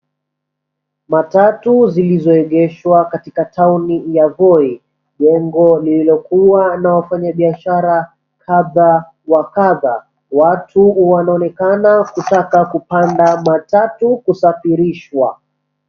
Matatu zilizo egeshwa katika town ya Voi. Jengo lililokuwa na wafanyi biashara kadha wa kadha. Watu wanaonekana kutaka kupanda matatu kusafirishwa.